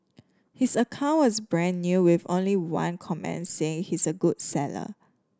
his account was brand new with only one comment saying he's a good seller